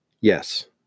Yes